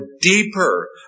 deeper